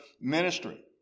ministry